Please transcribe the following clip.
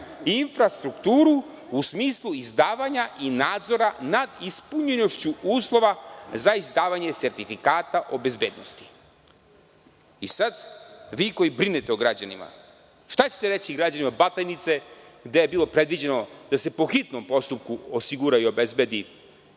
infrastrukturu u smislu izdavanja i nadzora nad ispunjenošću uslova za izdavanje sertifikata o bezbednosti.“Vi koji brinete o građanima, šta ćete reći građanima Batajnice, gde je bilo predviđeno da se po hitnom postupku osigura i obezbedi